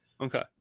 okay